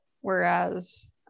whereas